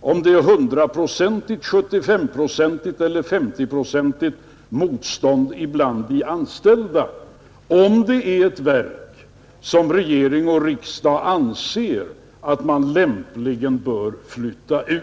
om man får 100-procentigt, 75-procentigt eller 50-procentigt motstånd bland de anställda, om det gäller ett verk som regering och riksdag anser att man lämpligen bör flytta ut.